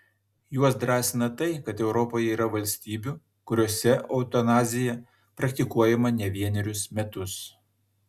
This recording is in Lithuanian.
juos drąsina tai kad europoje yra valstybių kuriose eutanazija praktikuojama ne vienerius metus